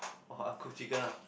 oh cook chicken ah